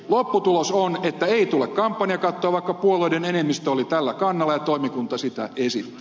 lopputulos on että ei tule kampanjakattoa vaikka puolueiden enemmistö oli tällä kannalla ja toimikunta sitä esitti